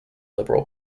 liberal